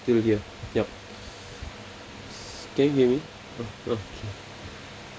still here yup can you hear me oh okay